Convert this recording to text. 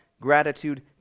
gratitude